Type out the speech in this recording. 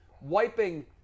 wiping